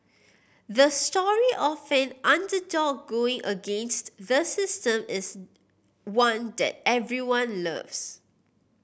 the story of an underdog going against the system is one that everyone loves